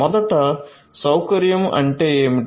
మొదట సౌకర్యం అంటే ఏమిటి